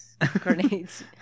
grenades